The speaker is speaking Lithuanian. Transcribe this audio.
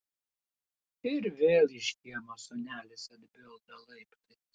ir vėl iš kiemo sūnelis atbilda laiptais